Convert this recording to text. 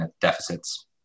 deficits